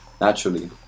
naturally